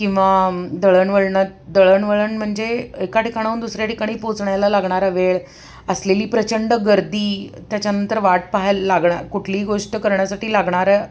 किंवा दळणवळणात दळणवळण म्हणजे एका ठिकाणाहून दुसऱ्या ठिकाणी पोचण्याला लागणारा वेळ असलेली प्रचंड गर्दी त्याच्यानंतर वाट पाहायला लागणं कुठलीही गोष्ट करण्यासाठी लागणाऱ्या